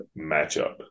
matchup